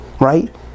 Right